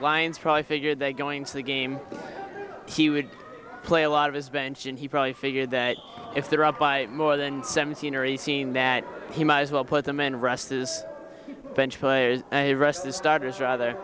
lines probably figured they going to the game he would play a lot of his bench and he probably figured that if they're up by more than seventeen or eighteen net he might as well put them in rest is bench players